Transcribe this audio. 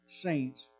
saints